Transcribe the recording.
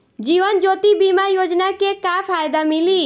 जीवन ज्योति बीमा योजना के का फायदा मिली?